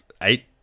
eight